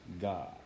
God